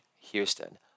Houston